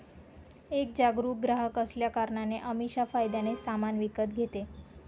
एक जागरूक ग्राहक असल्या कारणाने अमीषा फायद्याने सामान विकत घेते